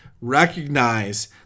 recognize